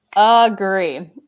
agree